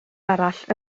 arall